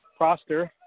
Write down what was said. Proster